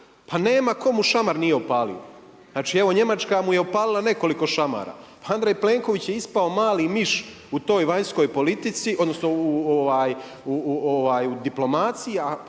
Pa nema komu šamar nije opalio. Znači, evo Njemačka mu je opalila nekoliko šamara. Andrej Plenković je ispao mali miš u toj vanjskoj politici, odnosno u diplomaciji,